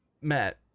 Matt